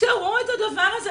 תפתרו את הדבר הזה.